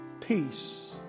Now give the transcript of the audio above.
peace